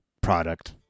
product